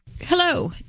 Hello